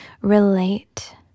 relate